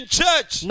church